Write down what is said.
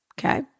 Okay